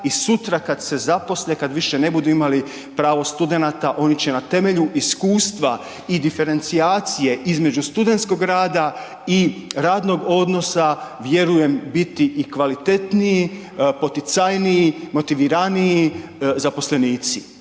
i sutra kad se zaposle kada više ne budu imali pravo studenata oni će na temelju iskustva i diferencijacije između studentskog rada i radnog odnosa vjerujem biti i kvalitetniji, poticajniji, motiviraniji zaposlenici.